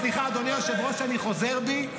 סליחה, אדוני היושב-ראש, אני חוזר בי.